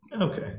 Okay